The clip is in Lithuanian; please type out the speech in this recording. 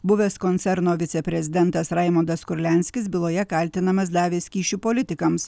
buvęs koncerno viceprezidentas raimundas kurlianskis byloje kaltinamas davęs kyšių politikams